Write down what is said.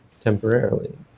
temporarily